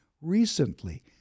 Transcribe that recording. Recently